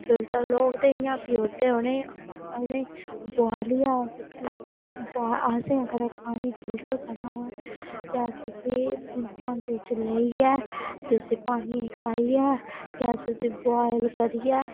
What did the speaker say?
लोक ते 'इयां पी ओड़दे उ'नें ई उ'नें ई बोआलियै असें अगर पानी फिल्टर करना होऐ ते अस उसी भांडे च लेइयै ते उसी पानियै गी पाइयै भी अस बोआइल करियै अते भी